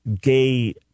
gay